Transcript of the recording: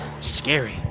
scary